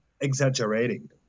exaggerating